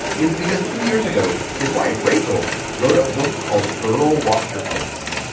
it's because two years ago, his wife rachel wrote a book called girl wash your face,